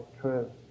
true